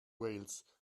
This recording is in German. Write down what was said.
wales